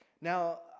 now